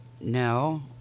No